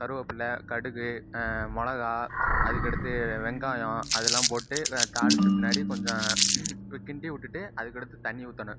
கருவேப்பிலை கடுகு மிளகா அதுக்கடுத்து வெங்காயம் அதலாம் போட்டு தாளித்து பின்னாடி கொஞ்சம் கிண்டி விட்டுவிட்டு அதுக்கடுத்து தண்ணிர் ஊற்றணும்